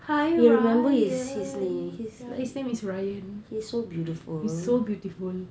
hi ryan ya his name is ryan so beautiful